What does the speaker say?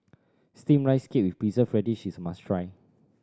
Steamed Rice Cake with Preserved Radish is a must try